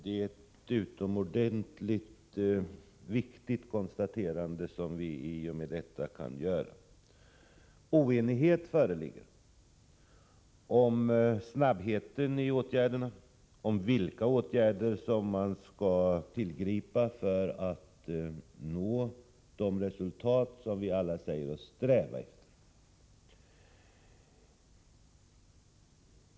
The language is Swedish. Det är ett utomordentligt viktigt konstaterande som vi i och med dagens debatt kan göra. Oenighet föreligger om hur snabbt åtgärderna måste vidtas och om vilka åtgärder som skall tillgripas för att nå de resultat som vi alla säger oss sträva efter.